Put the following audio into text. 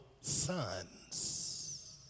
Sons